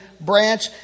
branch